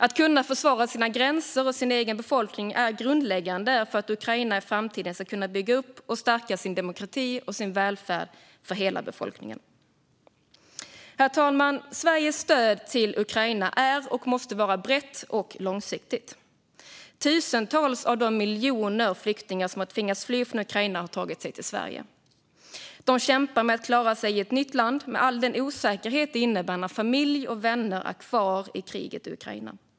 Att kunna försvara sina gränser och sin egen befolkning är grundläggande för att Ukraina i framtiden ska kunna bygga upp och stärka sin demokrati och välfärd för befolkningen. Herr talman! Sveriges stöd till Ukraina är, och måste vara, brett och långsiktigt. Tusentals av de miljoner människor som tvingats fly från Ukraina har tagit sig till Sverige. De kämpar med att klara sig i ett nytt land, med all den osäkerhet det innebär när familj och vänner är kvar i kriget i Ukraina.